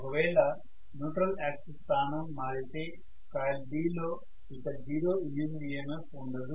ఒకవేళ neutral axis స్థానం మారితే కాయిల్ B లో ఇక జీరో ఇండ్యూస్డ్ EMF ఉండదు